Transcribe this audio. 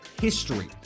history